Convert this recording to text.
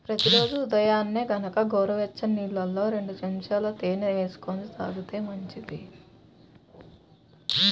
ప్రతి రోజూ ఉదయాన్నే గనక గోరువెచ్చని నీళ్ళల్లో రెండు చెంచాల తేనె వేసుకొని తాగితే మంచిది